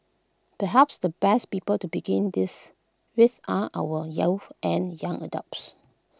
perhaps the best people to begin this with are our youths and young adopts